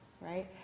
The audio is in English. right